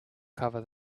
cover